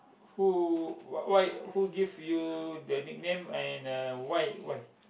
who why why who give you the nickname and uh why why